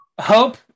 Hope